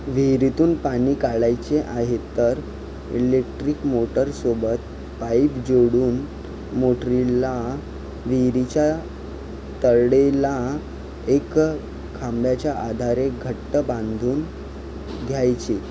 विहिरीतून पाणी काढायचे आहे तर इलेक्ट्रिक मोटरसोबत पाईप जोडून मोटरीला विहिरीच्या तडेला एक खांब्याच्या आधारे घट्ट बांधून घ्यायची